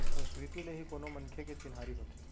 संस्कृति ले ही कोनो मनखे के चिन्हारी होथे